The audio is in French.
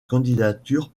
candidature